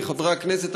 חברי הכנסת,